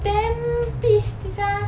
damn sia